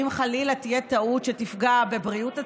אם חלילה תהיה טעות שתפגע בבריאות הציבור,